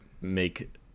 make